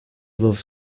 loves